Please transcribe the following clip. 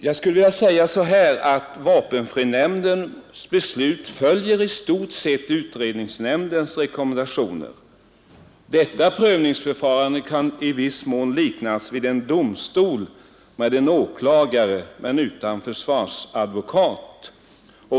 Jag skulle vilja beskriva läget så att vapenfrinämndens beslut i stort sett följer utredningsmännens rekommendationer. Detta prövningsförfarande kan i viss mån liknas vid en domstol med en åklagare men utan försvarsadvokat.